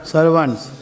Servants